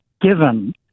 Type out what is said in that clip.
given